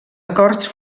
acords